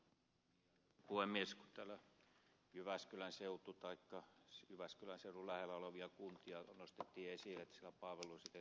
täällä nostettiin esille jyväskylän seutu taikka jyväskylän seudun lähellä olevia kuntia että siellä palveluseteli pelaa